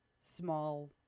small